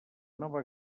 nova